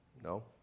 No